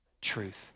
Truth